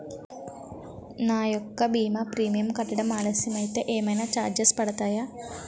నా యెక్క భీమా ప్రీమియం కట్టడం ఆలస్యం అయితే ఏమైనా చార్జెస్ పడతాయా?